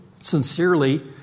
sincerely